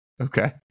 okay